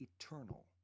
eternal